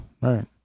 right